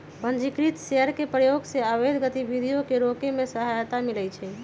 पंजीकृत शेयर के प्रयोग से अवैध गतिविधियों के रोके में सहायता मिलइ छै